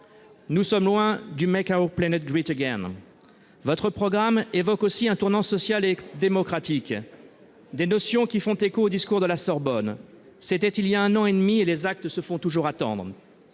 sur les routes. On est loin du ! Votre programme évoque aussi un tournant social et démocratique. Des notions qui font écho au discours de la Sorbonne. C'était il y a un an et demi, et les actes se font toujours attendre.